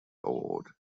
award